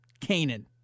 Canaan